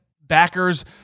backers